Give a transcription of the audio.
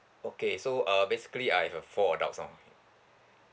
okay so uh basically I have a four adults lah